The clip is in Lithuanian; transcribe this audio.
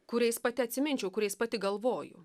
kuriais pati atsiminčiau kuriais pati galvoju